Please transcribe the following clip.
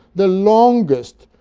the longest,